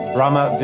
Brahma